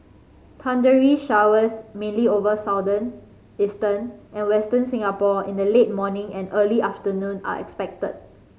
thundery showers mainly over Southern Eastern and Western Singapore in the late morning and early afternoon are expected